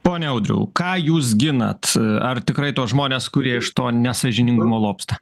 pone audriau ką jūs ginat ar tikrai tuos žmones kurie iš to nesąžiningumo lobsta